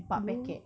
du~